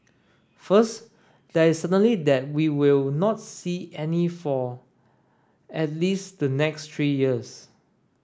first there is certainty that we will not see any for at least the next three years